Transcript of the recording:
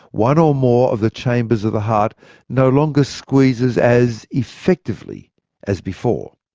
one or more of the chambers of the heart no longer squeezes as effectively as before.